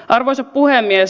arvoisa puhemies